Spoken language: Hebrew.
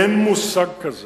והדבר השני, אין מושג של